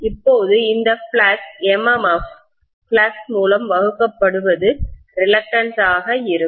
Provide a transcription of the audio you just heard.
இப்போது இந்த flux MMF flux மூலம் வகுக்கப்படுவது ரிலக்டன்ஸ் ஆக இருக்கும்